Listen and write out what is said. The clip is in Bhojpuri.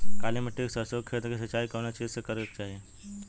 काली मिट्टी के सरसों के खेत क सिंचाई कवने चीज़से करेके चाही?